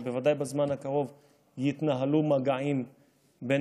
בוודאי בזמן הקרוב יתנהלו מגעים בין